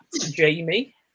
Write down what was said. jamie